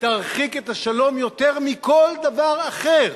ירחיקו את השלום יותר מכל דבר אחר.